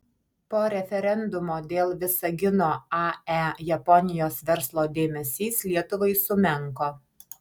po referendumo dėl visagino ae japonijos verslo dėmesys lietuvai sumenko